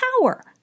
power